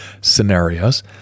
scenarios